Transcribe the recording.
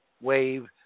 wave